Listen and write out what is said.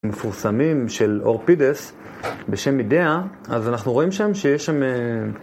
מפורסמים של אורפידס בשם אידאה, אז אנחנו רואים שם שיש שם...